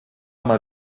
mal